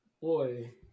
Boy